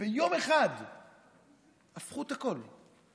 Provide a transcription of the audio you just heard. וביום אחד הפכו את הכול.